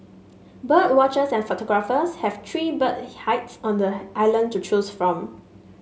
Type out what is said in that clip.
bird watchers and photographers have three bird hides on the island to choose from